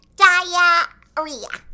diarrhea